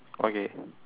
okay